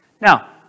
Now